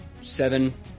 Seven